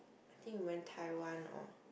I think even Taiwan or